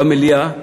במליאה,